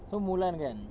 so mulan kan